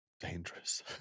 Dangerous